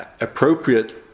appropriate